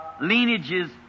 lineages